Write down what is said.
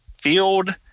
field